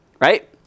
right